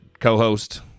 Co-host